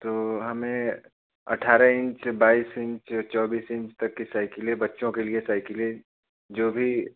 तो हमें अट्ठारह इंच बाईस इंच चौबीस इंच तक की साइकिलें बच्चों के लिए साइकिलें जो भी